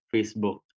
Facebook